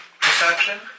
Perception